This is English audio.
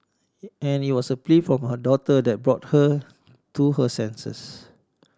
and it was a plea from her daughter that brought her to her senses